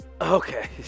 okay